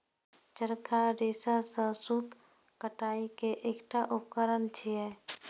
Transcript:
चरखा रेशा सं सूत कताइ के एकटा उपकरण छियै